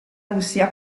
russia